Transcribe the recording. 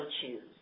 choose